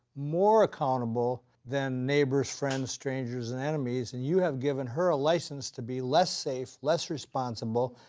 more accountable than neighbors, friends, strangers and enemies, and you have given her a license to be less safe, less responsible,